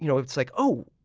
you know it's like oh,